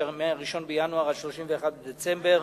שהיא מ-1 בינואר עד 31 בדצמבר.